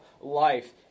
life